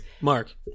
Mark